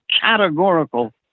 categorical